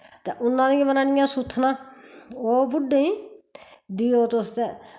ते उन्ना दियां बनानियां सुत्थनां ओह् बुड्डेंई देओ तुस ते